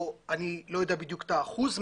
אני לא יודע בדיוק את האחוז,